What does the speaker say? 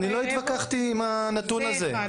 אני לא התווכחתי עם הנתון הזה.